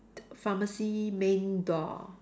d~ pharmacy main door